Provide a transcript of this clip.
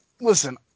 listen